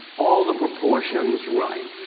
all the proportions right.